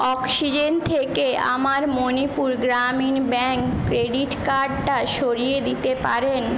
oxygen থেকে আমার Manipur Gramin bank credit কার্ডটা সরিয়ে দিতে পারেন